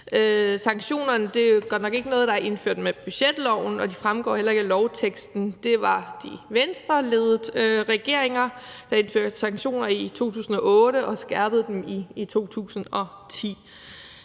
Sanktionerne er godt nok ikke noget, der er indført med budgetloven, og de fremgår heller ikke af lovteksten. Det var de venstreledede regeringer, der i 2008 indførte sanktioner og skærpede dem i 2010.